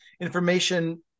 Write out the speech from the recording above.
information